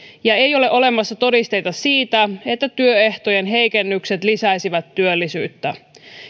ja ei ole olemassa todisteita siitä että työehtojen heikennykset lisäisivät työllisyyttä